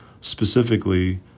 specifically